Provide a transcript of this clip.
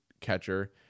catcher